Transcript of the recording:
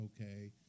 okay